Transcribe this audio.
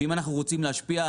ואם אנחנו רוצים להשפיע,